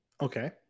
okay